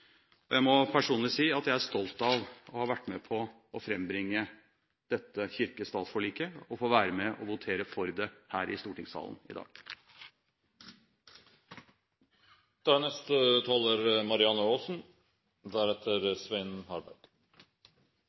Jeg må personlig si at jeg er stolt av å ha vært med på å frambringe dette kirke–stat-forliket og få være med å votere for det her i stortingssalen i dag. Mange bruker i dag begrepet «historisk», og det er